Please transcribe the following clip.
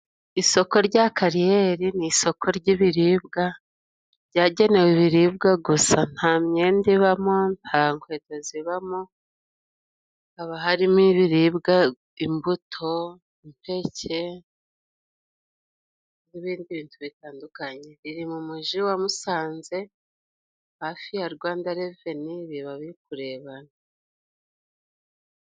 Isoko rya kariyeri ni isoko ry'ibiribwa ryagenewe ibiribwa gusa, nta myenda ibamo, nta nkweto zibamo, haba harimo ibiribwa, imbuto, impeke, n'ibindi bintu butandukanye, riri mu mujyi wa Musanze hafi ya Rwanda reveni biba biri kurebana.